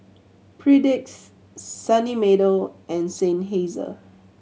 Perdix Sunny Meadow and Seinheiser